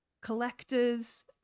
collectors